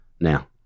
Now